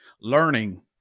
learning